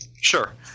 Sure